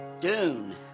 Dune